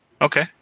Okay